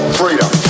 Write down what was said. freedom